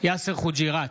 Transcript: יאסר חוג'יראת,